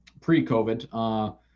pre-COVID